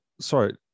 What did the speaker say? sorry